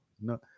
No